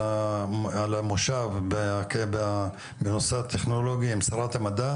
על המושב בנושא הטכנולוגי עם שרת המדע